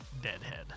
deadhead